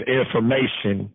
information